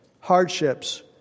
hardships